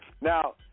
Now